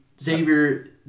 Xavier